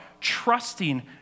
trusting